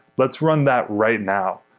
let's run that right now.